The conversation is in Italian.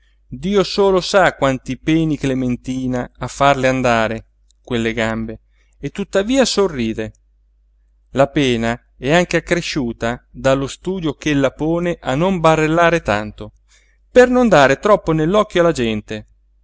dio solo sa quanto peni clementina a farle andare quelle gambe e tuttavia sorride la pena è anche accresciuta dallo studio ch'ella pone a non barellare tanto per non dar troppo nell'occhio alla gente